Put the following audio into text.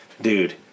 Dude